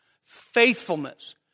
faithfulness